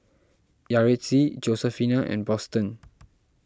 Yaretzi Josefina and Boston